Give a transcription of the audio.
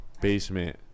basement